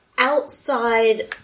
Outside